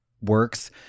works